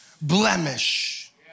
blemish